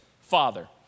Father